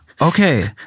Okay